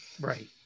right